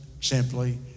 simply